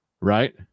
right